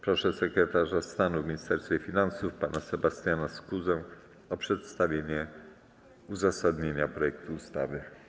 Proszę sekretarza stanu w Ministerstwie Finansów pana Sebastiana Skuzę o przedstawienie uzasadnienia projektu ustawy.